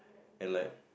and like